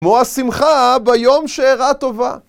כמו השמחה ביום שאירעה טובה.